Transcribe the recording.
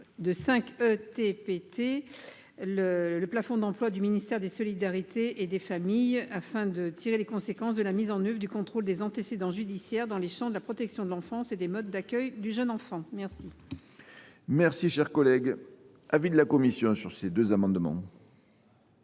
de 5 ETPT le plafond d’emplois du ministère des solidarités et des familles afin de tirer les conséquences de la mise en œuvre du contrôle des antécédents judiciaires dans les champs de la protection de l’enfance et des modes d’accueil du jeune enfant. Quel est l’avis de la commission ? La commission émet, sur l’amendement